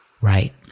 Right